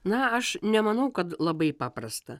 na aš nemanau kad labai paprasta